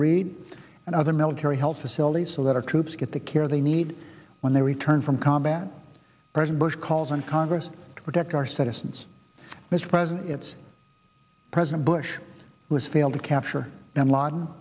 reed and other military health facilities so that our troops get the care they need when they return from combat present bush calls on congress to protect our citizens mr president it's president bush who has failed to capture bin laden